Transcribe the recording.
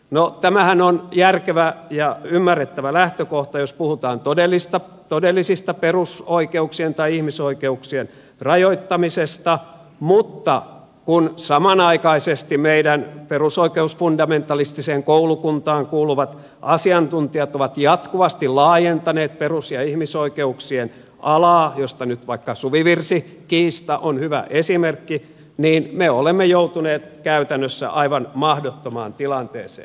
no tämähän on järkevä ja ymmärrettävä lähtökohta jos puhutaan todellisesta perusoikeuksien tai ihmisoikeuksien rajoittamisesta mutta kun samanaikaisesti meidän perusoikeusfundamentalistiseen koulukuntaan kuuluvat asiantuntijat ovat jatkuvasti laajentaneet perus ja ihmisoikeuksien alaa mistä nyt vaikka suvivirsikiista on hyvä esimerkki niin me olemme joutuneet käytännössä aivan mahdottomaan tilanteeseen